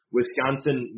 Wisconsin